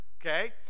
okay